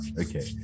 okay